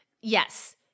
yes